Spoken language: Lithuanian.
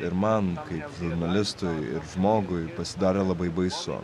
ir man kaip žurnalistui ir žmogui pasidarė labai baisu